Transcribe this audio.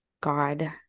god